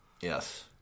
Yes